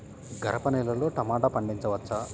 గరపనేలలో టమాటా పండించవచ్చా?